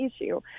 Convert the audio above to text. issue